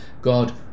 God